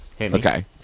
okay